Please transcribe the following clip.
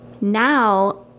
now